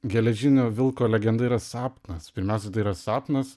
geležinio vilko legenda yra sapnas pirmiausia tai yra sapnas